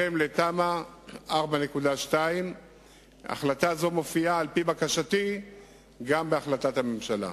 בהתאם לתמ"א 4.2. החלטה זו מופיעה על-פי בקשתי גם בהחלטת הממשלה.